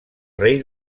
rei